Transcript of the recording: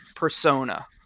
persona